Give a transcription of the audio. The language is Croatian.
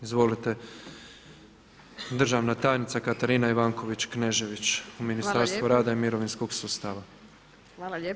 Izvolite, državna tajnica Katarina Ivanković Knežević u Ministarstvu rada i mirovinskog sustava.